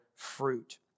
fruit